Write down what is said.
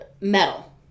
metal